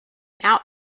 out